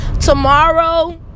Tomorrow